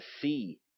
see